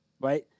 Right